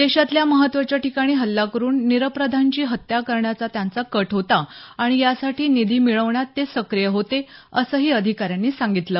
देशातल्या महत्त्वाच्या ठिकाणी हल्ला करून निरपराधांची हत्या करण्याचा त्यांचा कट होता आणि यासाठी निधी मिळवण्यात ते सक्रीय होते असंही अधिकाऱ्यांनी सांगितलं